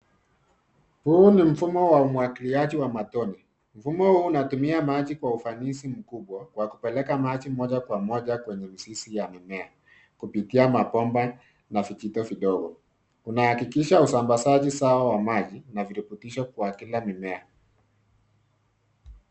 Huu ni mfumo wa umwagiliaji wa matone. Mfumo huu unatumia maji kwa ufanisi mkubwa wa kupeleka maji moja kwa moja kwenye mzizi ya mimea, kupitia mabomba na vijito vidogo. Unahakikisha usambazaji sawa wa maji na virutubisho kwa kila mimea.